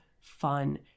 fun